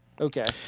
Okay